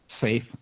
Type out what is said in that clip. safe